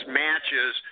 matches